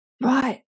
right